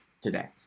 today